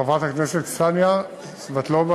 חברת הכנסת קסניה סבטלובה,